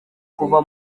kuva